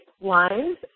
lines